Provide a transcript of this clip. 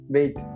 Wait